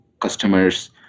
customers